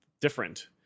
different